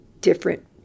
different